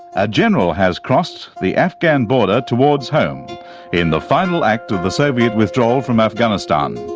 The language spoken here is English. a general has crossed the afghan border towards home in the final act of the soviet withdrawal from afghanistan.